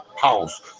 house